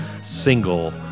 single